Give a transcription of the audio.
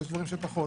ויש דברים שפחות.